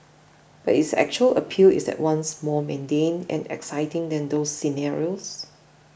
but its actual appeal is at once more mundane and exciting than those scenarios